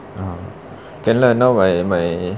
ah can lah now why my